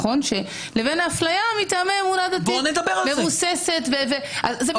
לבין אפליה מטעמי אמונה דתית מבוססת על זה.